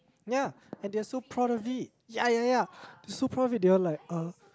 yeah and they're so proud of it ya ya ya they're so proud of it they were like uh